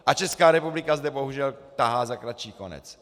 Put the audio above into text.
A Česká republika zde bohužel tahá za kratší konec.